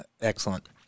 Excellent